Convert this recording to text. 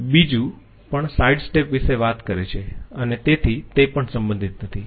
બીજુ પણ side steps વિશે વાત કરે છે અને તેથી તે પણ સંબંધિત નથી